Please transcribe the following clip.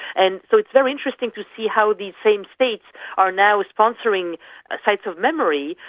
and so it's very interesting to see how these same states are now sponsoring sites of memory,